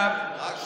עכשיו, רק שנייה,